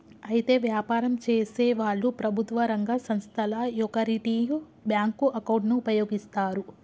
అయితే వ్యాపారం చేసేవాళ్లు ప్రభుత్వ రంగ సంస్థల యొకరిటివ్ బ్యాంకు అకౌంటును ఉపయోగిస్తారు